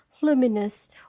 luminous